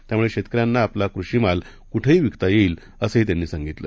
त्यामुळेशेतकऱ्यांनाआपलाकृषिमालकुठेहीविकतायेईल असंहीत्यांनीसांगितलं